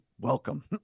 welcome